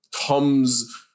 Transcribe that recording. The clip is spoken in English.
Tom's